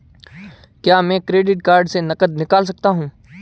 क्या मैं credit card से नकद निकाल सकता हूँ?